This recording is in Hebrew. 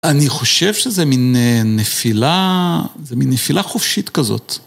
אני חושב שזה מן נפילה חופשית כזאת.